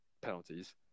penalties